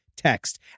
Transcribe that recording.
Text